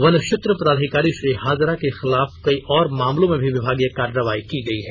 one क्षेत्र पदाधिकारी श्री हाजरा को खिलाफ कई और मामलों में भी विभागीय कार्रवाई की गई है